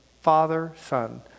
father-son